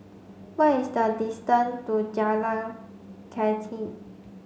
what is the distance to Jalan Kathi